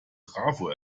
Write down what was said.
trafo